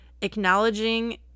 acknowledging